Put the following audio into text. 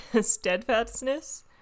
Steadfastness